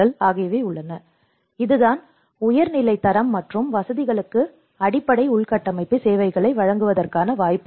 எனவே இதுதான் உயர்நிலை தரம் மற்றும் வசதிகளுக்கு அடிப்படை உள்கட்டமைப்பு சேவைகளை வழங்குவதற்கான வாய்ப்பாகும்